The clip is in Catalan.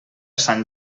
sant